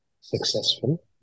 successful